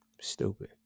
Stupid